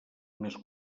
més